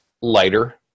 lighter